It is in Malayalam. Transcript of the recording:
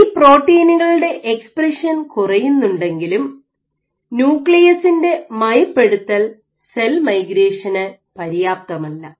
ഈ പ്രോട്ടീനുകളുടെ എക്സ്പ്രഷൻ കുറയുന്നുണ്ടെങ്കിലും ന്യൂക്ലിയസിന്റെ മയപ്പെടുത്തൽ സെൽമൈഗ്രേഷന് പര്യാപ്തമല്ല